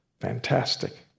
fantastic